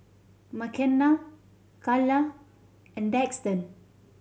Makenna Kala and Daxton